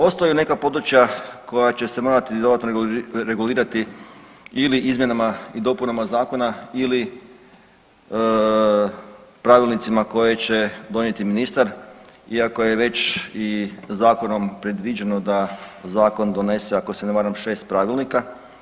Ostaju neka područja koja će se morati dodatno regulirati ili izmjenama i dopunama zakona ili pravilnicima koje će donijeti ministar iako je već i zakonom predviđeno da zakon donese, ako se ne varam, 6 pravilnika.